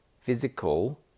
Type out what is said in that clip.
physical